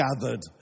gathered